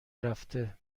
رفته